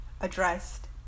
addressed